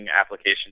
application